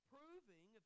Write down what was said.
Proving